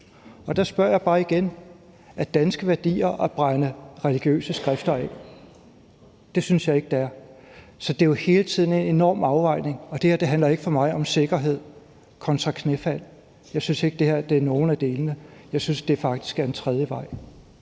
og der spørger jeg bare igen: Er det danske værdier at brænde religiøse skrifter af? Det synes jeg ikke det er. Så det er jo hele tiden en enorm afvejning, og det her handler for mig ikke om sikkerhed kontra knæfald. Jeg synes ikke, at det her er nogen af delene. Jeg synes faktisk, det er en tredje vej.